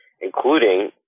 including